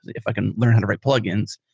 if i can learn how to write plug-ins.